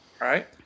right